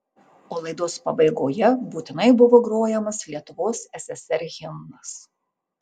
o laidos pabaigoje būtinai buvo grojamas lietuvos ssr himnas